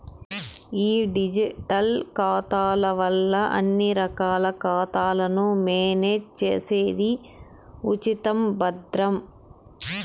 ఈ డిజిటల్ ఖాతాల వల్ల అన్ని రకాల ఖాతాలను మేనేజ్ చేసేది ఉచితం, భద్రం